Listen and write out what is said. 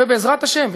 ובעזרת השם,